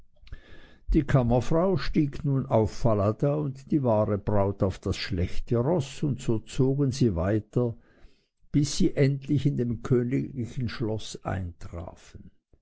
die kammerfrau stieg nun auf falada und die wahre braut auf das schlechte roß und so zogen sie weiter bis sie endlich in dem königlichen schloß eintrafen